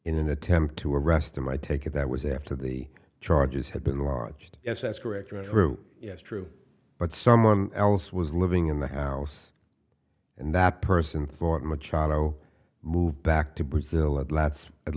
in an attempt to arrest him i take it that was after the charges had been lodged yes that's correct and true yes true but someone else was living in the house and that person thought machado move back to brazil a